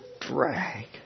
drag